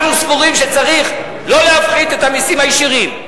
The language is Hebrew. אנחנו סבורים שצריך לא להפחית את המסים הישירים.